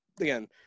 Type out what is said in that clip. again